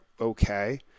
okay